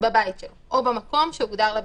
בבית שלו, או במקום שהוגדר לבידוד,